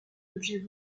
d’objets